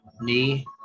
knee